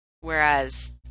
whereas